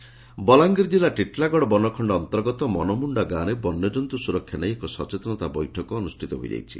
ବୈଠକ ବଲାଙ୍ଗୀର କିଲ୍ଲୁ ଟିଟିଲାଗଡ ବନଖଣ ଅନ୍ତର୍ଗତ ମନମୁଣ୍ଡା ଗାଁରେ ବନ୍ୟଜନ୍ତୁ ସୁରକ୍ଷା ନେଇ ଏକ ସଚେତନତା ବୈଠକ ଅନୁଷ୍ଷିତ ହୋଇଯାଇଛି